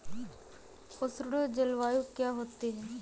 उष्ण जलवायु क्या होती है?